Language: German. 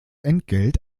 entgelt